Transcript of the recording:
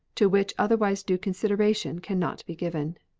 to which otherwise due consideration can not be given.